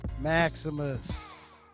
Maximus